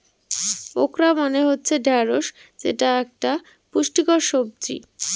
okra মানে হচ্ছে ঢ্যাঁড়স যেটা একতা পুষ্টিকর সবজি